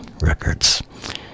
Records